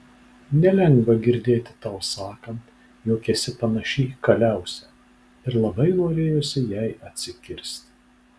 nelengva girdėti tau sakant jog esi panaši į kaliausę ir labai norėjosi jai atsikirsti